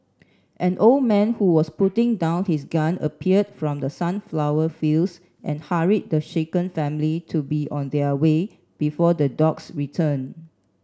an old man who was putting down his gun appeared from the sunflower fields and hurried the shaken family to be on their way before the dogs return